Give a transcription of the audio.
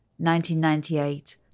1998